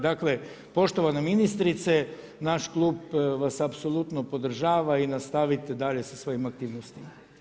Dakle, poštovana ministrice naš klub vas apsolutno podržava i nastavite dalje sa svojim aktivnostima.